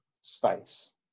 space